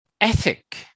ethic